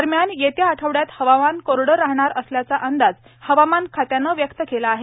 दरम्यान येत्या आठवड्यात हवामान कोरडे राहणार असल्याचा अंदाज हवामान खात्याने व्यक्त केला आहे